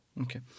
okay